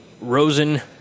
Rosen